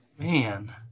Man